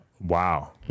Wow